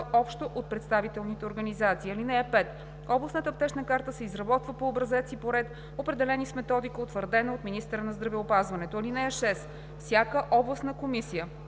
общо от представителните организации. (5) Областната аптечна карта се изработва по образец и по ред, определени с методика, утвърдена от министъра на здравеопазването. (6) Всяка областна комисия